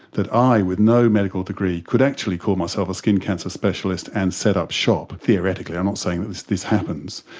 that i with no medical degree could actually call myself a skin cancer specialist and set up shop, theoretically, i'm not saying that this this happens.